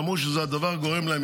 ואמרו שהדבר הזה גורם להם,